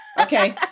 Okay